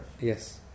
yes